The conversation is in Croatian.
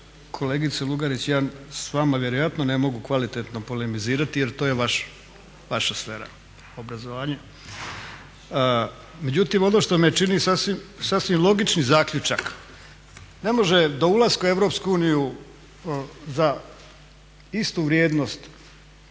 Kolegice Lugarić ja s vama vjerojatno ne mogu kvalitetno polemizirati jer to je vaša sfera obrazovanje. Međutim, ono što me čini sasvim logični zaključak, ne može do ulaska u Europsku uniju za istu vrijednost